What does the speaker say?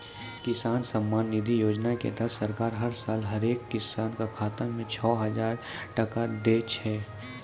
किसान सम्मान निधि योजना के तहत सरकार हर साल हरेक किसान कॅ खाता मॅ छो हजार टका दै छै